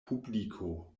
publiko